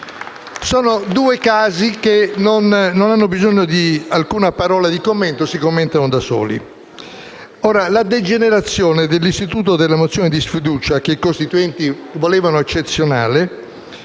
Sono due casi che non hanno bisogno di alcuna parola di commento: si commentano da soli. Ora, la degenerazione dell'istituto della mozione di sfiducia, che i Costituenti volevano eccezionale,